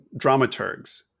dramaturgs